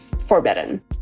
forbidden